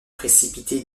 précipité